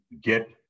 get